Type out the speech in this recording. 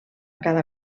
cada